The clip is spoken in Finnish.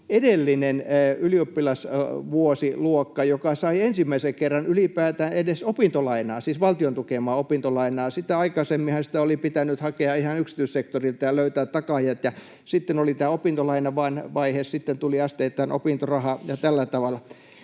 edellinen ylioppilasvuosiluokka, joka sai ensimmäisen kerran ylipäätään edes opintolainaa, siis valtion tukemaa opintolainaa. Sitä aikaisemminhan sitä oli pitänyt hakea ihan yksityissektorilta ja löytää takaajat. Sitten oli tämä opintolainavaihe, sitten tuli asteittain opintoraha ja tällä tavalla.